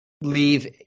leave